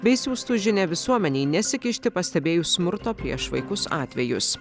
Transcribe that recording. bei siųstų žinią visuomenei nesikišti pastebėjus smurto prieš vaikus atvejus